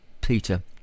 Peter